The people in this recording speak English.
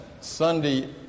Sunday